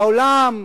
בעולם,